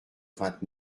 vingt